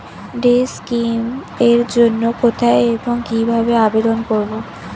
Day scheme এর জন্য কোথায় এবং কিভাবে আবেদন করব?